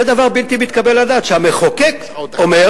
זה דבר בלתי מתקבל על הדעת, שהמחוקק אומר: